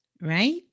Right